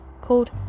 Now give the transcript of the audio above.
called